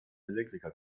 elektriker